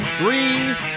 Three